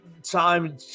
Time